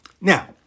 Now